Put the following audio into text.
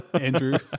Andrew